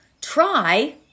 try